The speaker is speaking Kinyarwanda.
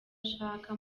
ashaka